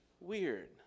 Weird